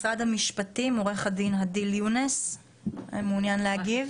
משרד המשפטים, עו"ד הדיל יונס, מעוניינת להגיב?